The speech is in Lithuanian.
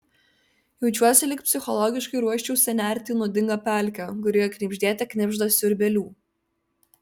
jaučiuosi lyg psichologiškai ruoščiausi nerti į nuodingą pelkę kurioje knibždėte knibžda siurbėlių